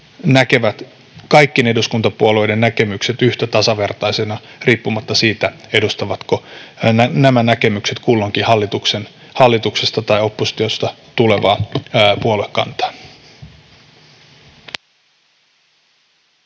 näkevät kaikkien eduskuntapuolueiden näkemykset yhtä tasavertaisina riippumatta siitä, edustavatko nämä näkemykset kulloinkin hallituksesta vai oppositiosta tulevaa puoluekantaa.